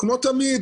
כמו תמיד,